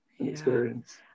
Experience